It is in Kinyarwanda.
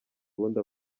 ubundi